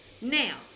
Now